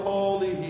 Holy